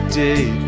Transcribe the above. day